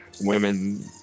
women